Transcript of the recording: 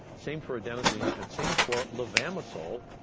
same for adenosine and same for levamisole.